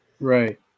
Right